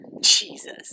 Jesus